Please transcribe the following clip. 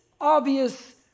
obvious